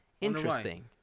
Interesting